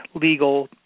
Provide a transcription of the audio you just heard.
legal